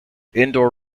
indoor